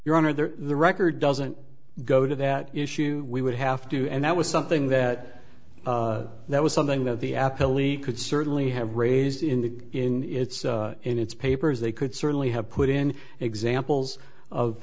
your honor there the record doesn't go to that issue we would have to and that was something that that was something that the app elite could certainly have raised in the in its in its papers they could certainly have put in examples of